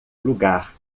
lugar